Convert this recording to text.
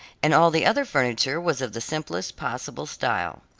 and all the other furniture was of the simplest possible style.